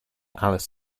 alice